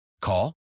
call